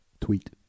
Tweet